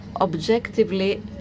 Objectively